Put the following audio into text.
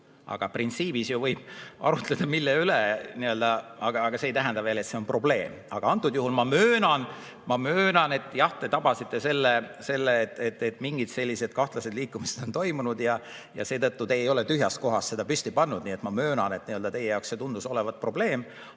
Aga printsiibis võib millegi üle arutleda, aga see ei tähenda veel, et see on probleem. Antud juhul ma möönan, et jah, te tabasite selle, et mingid sellised kahtlased liikumised on toimunud, ja seetõttu te ei ole tühjas kohas seda püsti pannud. Nii et ma möönan, et teie jaoks see tundus olevat probleem,